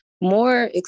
more